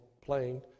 playing